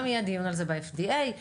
להם בוט מיוחד וייעודי לדבר הזה.